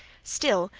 still,